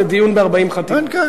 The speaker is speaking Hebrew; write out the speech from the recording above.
זה דיון בעקבות 40 חתימות.